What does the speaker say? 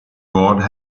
board